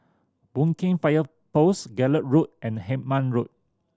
Boon Keng Fire Post Gallop Road and Hemmant Road